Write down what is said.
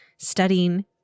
Studying